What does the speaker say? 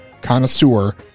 connoisseur